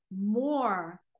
more